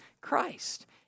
Christ